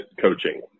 coaching